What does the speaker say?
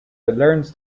learns